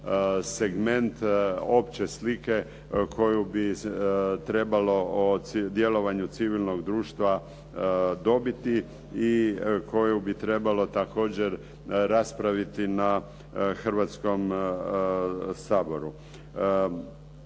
segment opće slike koju bi trebalo o djelovanju civilnog društva dobiti i koju bi trebalo također raspraviti na Hrvatskom saboru.